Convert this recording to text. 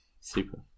super